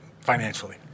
financially